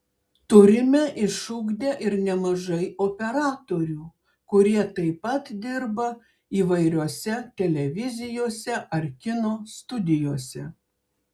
turime išugdę ir nemažai operatorių kurie taip pat dirba įvairiose televizijose ar kino studijose